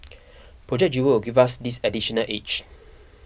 Project Jewel will give us this additional edge